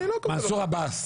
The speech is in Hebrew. מנסור עבאס.